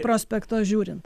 prospekto žiūrint